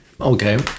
Okay